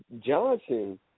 Johnson